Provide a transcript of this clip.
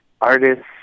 artists